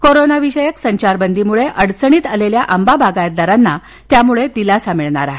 कोरोनाविषयक संचारबंदीमुळे अडचणीत आलेल्या आंबा बागायतदारांना त्यामुळे दिलासा मिळणार आहे